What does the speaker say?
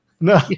No